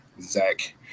zach